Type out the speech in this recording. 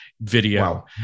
video